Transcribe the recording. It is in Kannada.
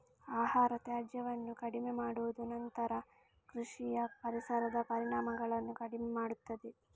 ಆಹಾರ ತ್ಯಾಜ್ಯವನ್ನು ಕಡಿಮೆ ಮಾಡುವುದು ನಂತರ ಕೃಷಿಯ ಪರಿಸರದ ಪರಿಣಾಮಗಳನ್ನು ಕಡಿಮೆ ಮಾಡುತ್ತದೆ